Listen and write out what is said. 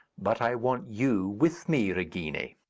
but i want you with me, regina.